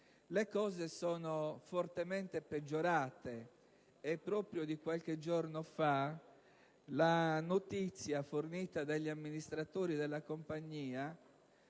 le cose sono fortemente peggiorate. È proprio di qualche giorno fa la notizia fornita dagli amministratori della compagnia